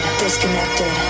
disconnected